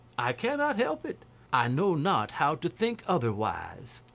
i cannot help it i know not how to think otherwise.